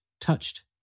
touched